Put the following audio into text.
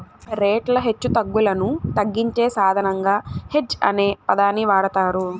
రేట్ల హెచ్చుతగ్గులను తగ్గించే సాధనంగా హెడ్జ్ అనే పదాన్ని వాడతారు